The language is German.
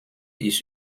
ist